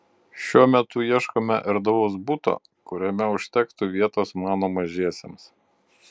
šiuo metu ieškome erdvaus buto kuriame užtektų vietos mano mažiesiems